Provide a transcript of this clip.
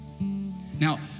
Now